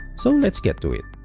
so let's get to it.